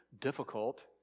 difficult